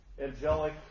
angelic